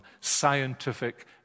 scientific